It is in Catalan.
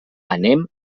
anem